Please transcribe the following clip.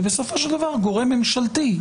ובסופו של דבר גורם ממשלתי,